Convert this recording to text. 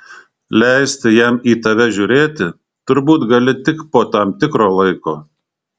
leisti jam į tave žiūrėti turbūt gali tik po tam tikro laiko